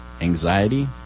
Anxiety